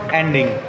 ending